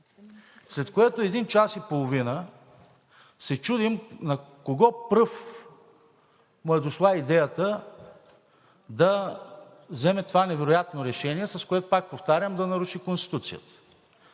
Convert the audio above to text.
след което един час и половина се чудим на кого пръв му е дошла идеята да вземе това невероятно решение, с което, пак повтарям, да наруши Конституцията.